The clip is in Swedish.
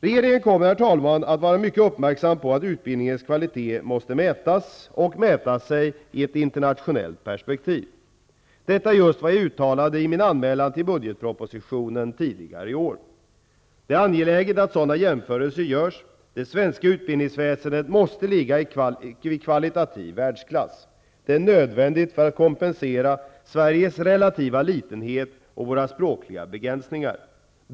Regeringen kommer att vara mycket uppmärksam på att utbildningens kvalitet måste kunna mätas och mäta sig i ett internationellt perspektiv. Detta är just vad jag uttalade i min anmälan till budgetpropositionen tidigare i år. Det är angeläget att sådana jämförelser görs. Det svenska utbildningsväsendet måste ligga i kvalitativ världsklass. Det är nödvändigt för att kompensera Sveriges relativa litenhet och våra språkliga begränsningar.